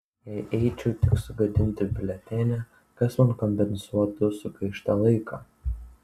jei eičiau tik sugadinti biuletenio kas man kompensuotų sugaištą laiką